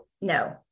No